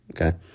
okay